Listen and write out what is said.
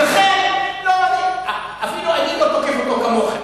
ולכן, לא, אפילו אני לא תוקף אותו כמוכם.